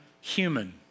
human